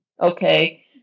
Okay